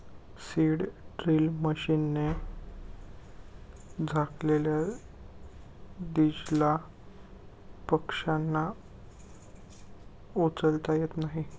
seed drill मशीनने झाकलेल्या दीजला पक्ष्यांना उचलता येत नाही